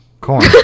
corn